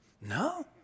No